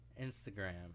Instagram